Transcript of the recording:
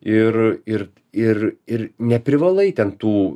ir ir ir ir neprivalai ten tų